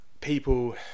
people